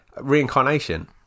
reincarnation